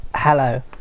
Hello